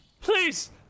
please